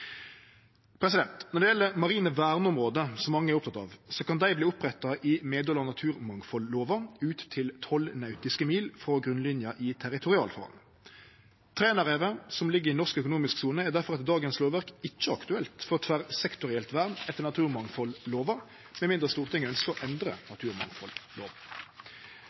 Når det gjeld marine verneområde, som mange er opptekne av, kan dei opprettast i medhald av naturmangfaldlova ut til 12 nautiske mil frå grunnlinja i territorialfarvatn. Trænarevet, som ligg i norsk økonomisk sone, er difor etter dagens lovverk ikkje aktuelt for eit tverrsektorielt vern etter naturmangfaldlova, med mindre Stortinget ønskjer å endre